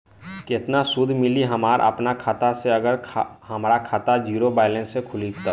केतना सूद मिली हमरा अपना खाता से अगर हमार खाता ज़ीरो बैलेंस से खुली तब?